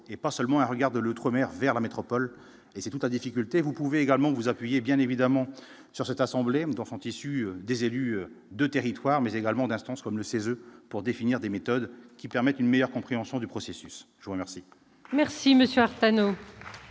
et pas seulement un regard de l'outre-mer vers la métropole et c'est toute la difficulté, vous pouvez également vous appuyez bien évidemment sur cette assemblée dont sont issus des élus de territoire mais également d'instance comme le CSA pour définir des méthodes qui permettent une meilleure compréhension du processus, je remercie.